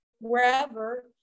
wherever